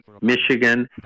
Michigan